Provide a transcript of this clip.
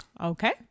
Okay